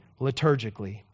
liturgically